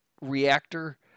reactor